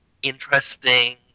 interesting